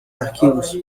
arquivos